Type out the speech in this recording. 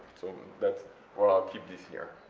so that's where i'll keep this here,